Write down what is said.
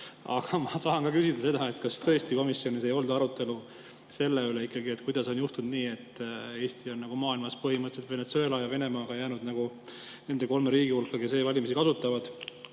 Aga ma tahan küsida, kas tõesti komisjonis ei olnud arutelu selle üle, kuidas on juhtunud nii, et Eesti on maailmas põhimõtteliselt koos Venetsueela ja Venemaaga jäänud nende kolme riigi hulka, kes e‑valimisi kasutavad.